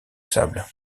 sable